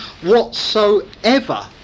whatsoever